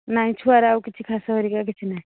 ନାଇଁ ଛୁଆର ଆଉ କିଛି କାଶ ହରିକା କିଛି ନାହିଁ